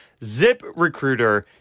ZipRecruiter